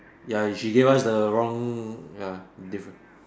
ya she gave us the wrong ya